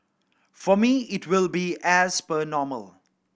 for me it will be as per normal